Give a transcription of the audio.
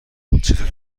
چطور